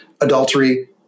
adultery